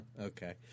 okay